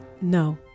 no